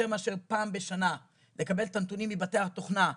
מאשר פעם בשנה לקבל את הנתונים מבתי התוכנה,